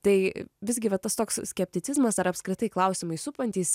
tai visgi va tas toks skepticizmas ar apskritai klausimai supantys